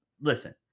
listen